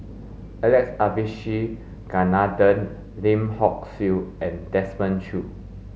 Alex Abisheganaden Lim Hock Siew and Desmond Choo